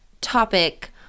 topic